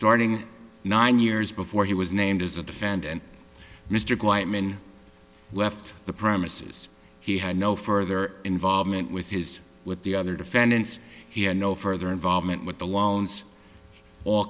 starting nine years before he was named as a defendant mr gleitman left the premises he had no further involvement with his with the other defendants he had no further involvement with the loans all